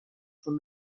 چون